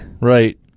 Right